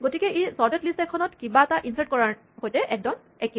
গতিকে ই sorted list এখনত কিবা এটা ইনছাৰ্ট কৰাৰ সতে একদম একে